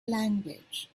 language